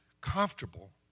comfortable